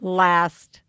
last